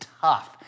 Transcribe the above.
tough